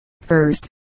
First